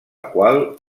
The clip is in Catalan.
qual